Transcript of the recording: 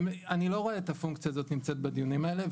אני לא רואה את הפונקציה הזאת נמצאת בדיונים האלה,